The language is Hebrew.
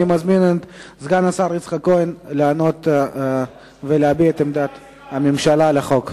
אני מזמין את סגן השר יצחק כהן לענות ולהביע את עמדת הממשלה לחוק.